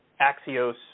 Axios